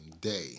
day